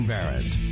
Barrett